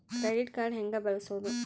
Credit card ಹೆಂಗ ಬಳಸೋದು?